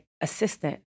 assistant